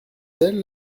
elle